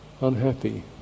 unhappy